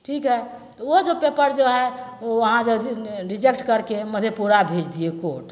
ठीक है वो जो पेपर जो है वो वहाँ जो है रिजेक्ट करके मधेपुरा भेज दिए कोर्ट